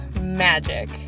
magic